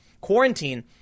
Quarantine